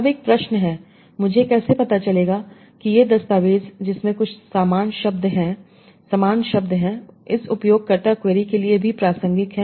अब एक प्रश्न है मुझे कैसे पता चलेगा कि ये दस्तावेज़ जिसमें कुछ समान शब्द हैं इस उपयोगकर्ता क्वेरी के लिए भी प्रासंगिक हैं